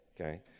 okay